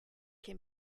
can